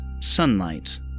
sunlight